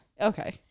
Okay